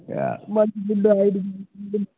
మంచి food oil food